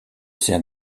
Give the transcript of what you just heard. sert